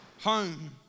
home